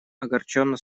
огорченно